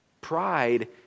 Pride